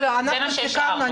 זה מה שהשארנו.